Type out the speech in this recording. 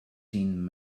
seen